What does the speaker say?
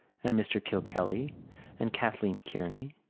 and mr. kilkelly and kathleen kearney.